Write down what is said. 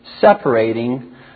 separating